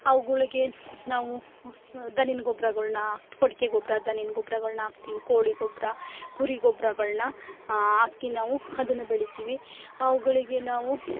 ಅವುಗಳಿಗೆ ನಾವು ಉಸ್ ದನದ ಗೊಬ್ರಗಳ್ನ ಕೊಟ್ಟಿಗೆ ಗೊಬ್ಬರ ದನದ ಗೊಬ್ರಗಳನ್ನ ಹಾಕ್ತಿವಿ ಕೋಳಿ ಗೊಬ್ಬರ ಕುರಿ ಗೊಬ್ರಗಳನ್ನ ಹಾಕಿ ನಾವು ಅದನ್ನು ಬೆಳಿತೀವಿ ಅವುಗಳಿಗೆ ನಾವು